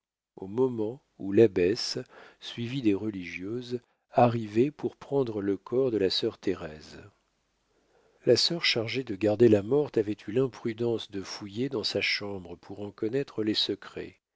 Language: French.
au moment où l'abbesse suivie des religieuses arrivait pour prendre le corps de la sœur thérèse la sœur chargée de garder la morte avait eu l'imprudence de fouiller dans sa chambre pour en connaître les secrets